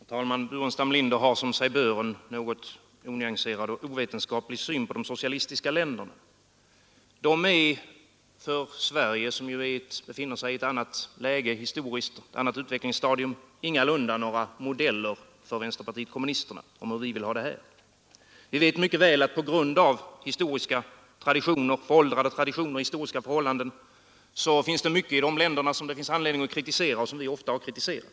Herr talman! Herr Burenstam Linder har som sig bör en något onyanserad och ovetenskaplig syn på de socialistiska länderna. De är för uu Sverige, som ju befinner sig i ett annat läge historiskt och på ett annat utvecklingsstadium, ingalunda några modeller för vänsterpartiet kommunisterna om hur vi vill ha det här. Vi vet mycket väl att på grund av föråldrade traditioner och historiska förhållanden finns det mycket i de länderna som det finns anledning att kritisera och som vi ofta har kritiserat.